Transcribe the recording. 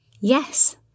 Yes